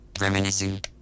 reminiscing